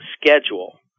schedule